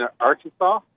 arkansas